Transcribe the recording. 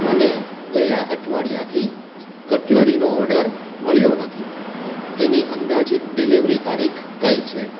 મને ગયા અઠવાડિયાથી કટલરીનો ઓર્ડર મળ્યો નથી તેની અંદાજિત ડિલિવરી તારીખ કઈ છે